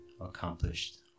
accomplished